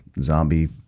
Zombie